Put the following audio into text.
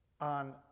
on